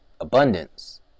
abundance